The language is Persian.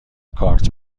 کارت